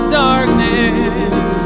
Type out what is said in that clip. darkness